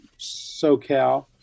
socal